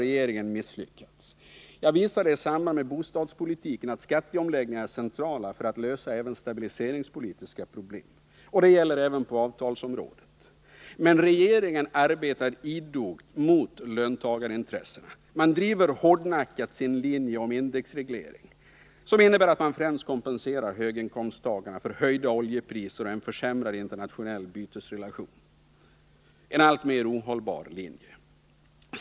Jag visade i samband med att jag var inne på frågan om bostadspolitiken att skatteomläggningar är centrala för att man skall kunna lösa även stabiliseringspolitiska problem. Det gäller även på avtalsområdet. Men regeringen arbetar idogt mot löntagarintressena. Man driver hårdnackat sin linje om indexreglering, som innebär att man kompenserar höginkomsttagarna för höjda oljepriser och att man skapar en försämrad internationell bytesrelation. Detta är en alltmer ohållbar linje.